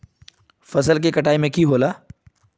फसल के कटाई में की होला?